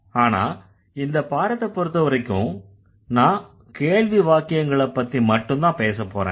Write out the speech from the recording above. ஆனா இந்தப் பாடத்தைப்பொறுத்தவரைக்கும் நான் கேள்வி வாக்கியங்களைப்பத்தி மட்டுந்தான் பேசப்போறேன்